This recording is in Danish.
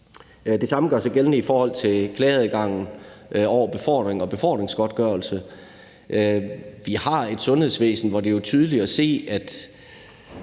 Det samme gør sig gældende i forhold til klageadgangen over befordring og befordringsgodtgørelse. Vi har et sundhedsvæsen, hvor det jo er tydeligt at se, at